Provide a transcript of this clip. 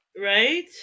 Right